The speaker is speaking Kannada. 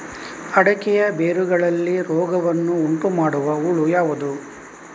ಅಡಿಕೆಯ ಬೇರುಗಳಲ್ಲಿ ರೋಗವನ್ನು ಉಂಟುಮಾಡುವ ಹುಳು ಯಾವುದು?